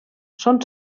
són